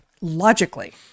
logically